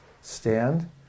stand